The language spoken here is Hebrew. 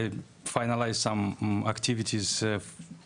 תגיד לנו מתי הגעת לישראל ומה המקצוע שלך.